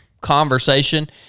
conversation